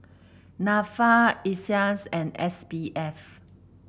NAFA Iseas and S B F